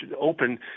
open